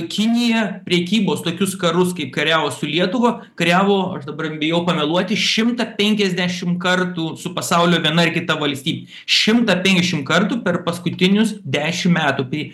kinija prekybos tokius karus kaip kariavo su lietuva kariavo aš dabar bijau pameluoti šimtą penkiasdešim kartų su pasaulio viena ar kita valsty šimtą penkiasdešim kartų per paskutinius dešim metų tai